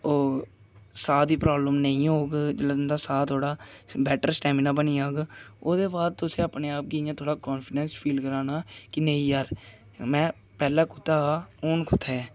ओह् साह् दी प्रॉब्लम नेईं होग जेल्लै तुंदा साह् थोह्ड़ा बेटर स्टैमिना बनी जाह्ग ओह्दे बाद तुसें अपने आप गी इ'यां थोह्ड़ा कॉन्फिडेंस फील कराना कि नेईं यार में पैह्लें कु'त्थें हा हून कु'त्थें ऐं